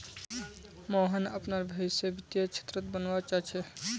मोहन अपनार भवीस वित्तीय क्षेत्रत बनवा चाह छ